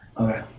Okay